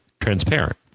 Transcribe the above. transparent